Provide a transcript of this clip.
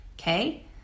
okay